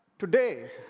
today,